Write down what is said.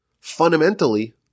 fundamentally